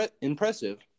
impressive